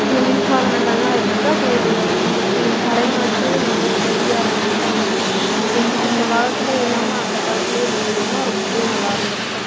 இந்த மின்சாதனங்கள்லாம் இருக்கு அப்புறம் இதில் பழைய நாட்களில் இவ்வளோ உதவியாக இருந்திருக்கு இந்த இது இந்த காலத்தில் இல்லாமல் அந்த காலத்துலேயும் இருந்திருந்தோம்னா ரொம்பவே நல்லா இருந்திருக்கும்